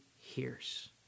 hears